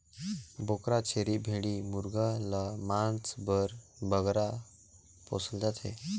बोकरा, छेरी, भेंड़ी मुरगा ल मांस बर बगरा पोसल जाथे